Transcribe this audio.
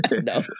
No